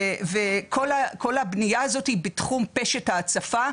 וכל הבנייה הזאת היא בתחום פשט ההצפה,